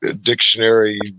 dictionary